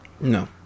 No